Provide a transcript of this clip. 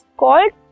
called